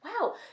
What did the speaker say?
Wow